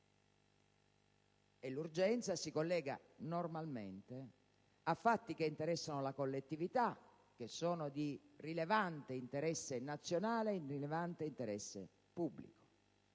L'urgenza si collega normalmente a fatti che interessano la collettività, che sono di rilevante interesse nazionale e rilevante interesse pubblico.